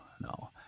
no